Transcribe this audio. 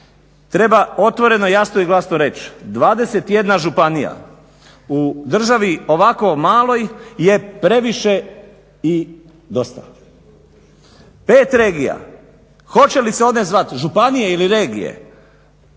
Treba otvoreno, jasno i glasno reći 21 županija u državi ovako maloj je previše i dosta. 5 regija. Hoće li se one zvati županije ili regije